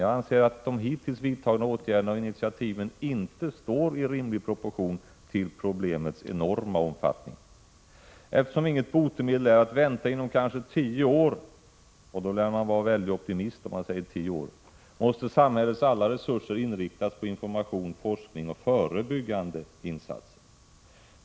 Jag anser att de hittills vidtagna åtgärderna och initiativen inte står i rimlig proportion till problemets enorma omfattning. Eftersom inget botemedel är att vänta inom kanske tio år — och man lär vara optimist om man säger tio år — måste samhällets alla resurser inriktas på 45 information, forskning och förebyggande insatser.